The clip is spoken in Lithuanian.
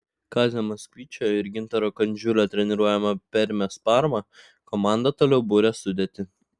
kazio maksvyčio ir gintaro kadžiulio treniruojama permės parma komanda toliau buria sudėtį